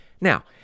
Now